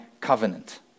covenant